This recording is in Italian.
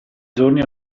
giorni